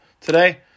today